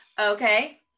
okay